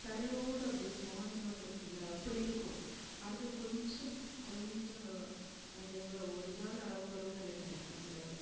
தரையோட அப்படே ஸ்பாஞ்சு மாதிரி இருக்கும்ல்ல அப்படி இருக்கும் அடுத்து கொஞ்சம் கொஞ்ச அது எவ்வளோ ஒரு ஜான் அளவு வரும் நினைக்குறேன் அந்த